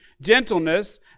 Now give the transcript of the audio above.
gentleness